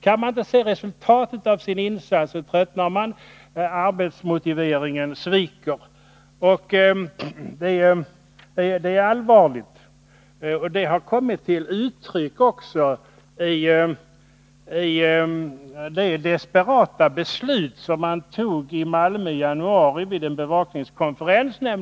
Kan man inte se resultatet av sin insats, sviker arbetsmotiveringen — och det är allvarligt. Denna brist på arbetsmotivering kom till uttryck i det desperata beslut som i januari fattades vid en bevakningskonferens i Malmö.